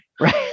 Right